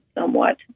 somewhat